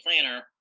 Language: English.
planner